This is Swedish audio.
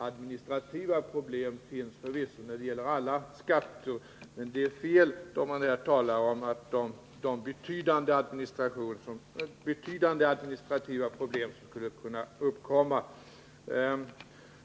Administrativa problem finns förvisso när det gäller alla skatter, men man tar fel när man här talar om att det är betydande administrativa problem som skulle uppkomma till följd av ett sådant här förslag.